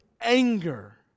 anger